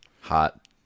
Hot